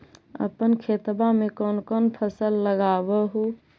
अपन खेतबा मे कौन कौन फसल लगबा हू?